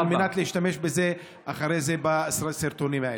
על מנת להשתמש אחר כך בסרטונים האלה.